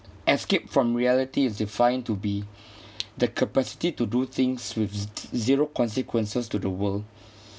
escape from reality is defined to be the capacity to do things with z~ zero consequences to the world